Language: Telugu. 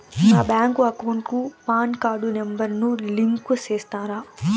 నా బ్యాంకు అకౌంట్ కు పాన్ కార్డు నెంబర్ ను లింకు సేస్తారా?